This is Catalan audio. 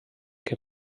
que